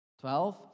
Twelve